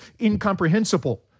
incomprehensible